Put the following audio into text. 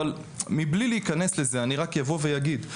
אבל מבלי להיכנס לזה אני אגיד,